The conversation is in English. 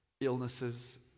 illnesses